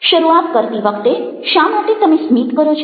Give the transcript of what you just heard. શરૂઆત કરતી વખતે શા માટે તમે સ્મિત કરો છો